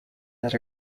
that